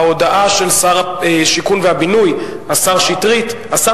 ההודעה של שר השיכון והבינוי, השר שטרית, שמה?